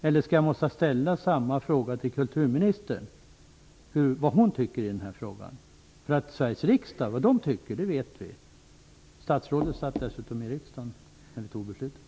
Måste jag ställa samma fråga till kulturministern om vad hon tycker i den här frågan? Vad Sveriges riksdag tycker vet vi ju. Statsrådet satt dessutom i riksdagen när beslutet fattades.